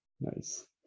Nice